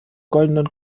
goldenen